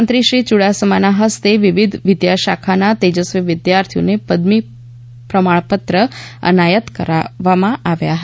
મંત્રીશ્રી યુડાસમાના હસ્તે વિવિધ વિદ્યાશાખાના તેજસ્વી વિદ્યાર્થીઓને પદવી પ્રમાણપત્ર એનાયત કરવામાં આવ્યા હતા